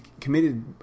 committed